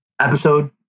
episode